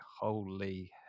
holy